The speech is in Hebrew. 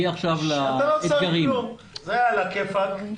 זה על הכיפק,